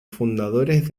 fundadores